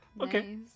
Okay